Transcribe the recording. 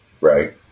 right